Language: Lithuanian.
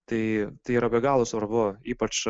tai tai yra be galo svarbu ypač